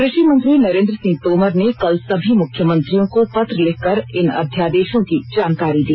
कृषि मंत्री नरेन्द्र सिंह तोमर ने कल समी मुख्यमंत्रियों को पत्र लिखकर इन अध्यादेशों की जानकारी दी